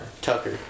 Tucker